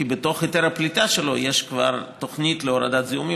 כי בתוך היתר הפליטה שלו יש כבר תוכנית להורדת זיהומים,